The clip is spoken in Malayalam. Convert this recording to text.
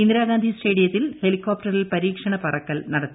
ഇന്ദിരാ ഗാന്ധി സ്റ്റേഡിയത്തിൽ ഹെലികോപ്ടറിൽ പരീക്ഷണ പറക്കൽ നടത്തി